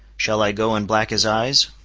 shall i go and black his eyes?